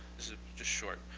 this is just short.